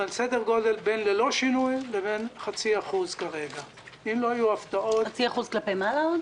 אבל סדר גודל של בין ללא שינוי לבין 0.5% כלפי מעלה.